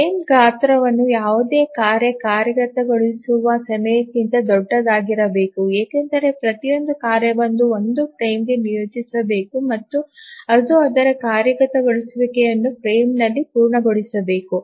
frame ಗಾತ್ರವು ಯಾವುದೇ ಕಾರ್ಯ ಕಾರ್ಯಗತಗೊಳಿಸುವ ಸಮಯಕ್ಕಿಂತ ದೊಡ್ಡದಾಗಿರಬೇಕು ಏಕೆಂದರೆ ಪ್ರತಿಯೊಂದು ಕಾರ್ಯವನ್ನು ಒಂದು ಫ್ರೇಮ್ಗೆ ನಿಯೋಜಿಸಬೇಕು ಮತ್ತು ಅದು ಅದರ ಕಾರ್ಯಗತಗೊಳಿಸುವಿಕೆಯನ್ನು ಫ್ರೇಮ್ನಲ್ಲಿ ಪೂರ್ಣಗೊಳಿಸಬೇಕು